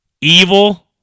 Evil